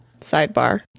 Sidebar